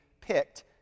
picked